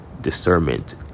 discernment